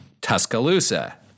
Tuscaloosa